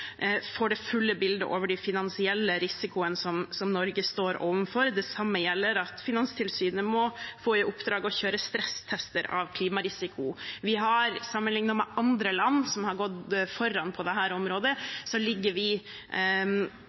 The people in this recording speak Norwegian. får det fulle bildet over den finansielle risikoen som Norge står overfor. Det samme gjelder at Finanstilsynet må få i oppdrag å kjøre stresstester av klimarisiko. Sammenlignet med land som har gått foran på dette området, ligger vi